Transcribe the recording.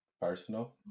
personal